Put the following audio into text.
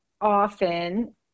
often